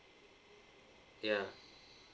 ya